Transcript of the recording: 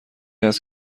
است